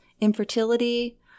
infertility